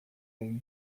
egingo